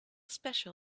special